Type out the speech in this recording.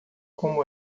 como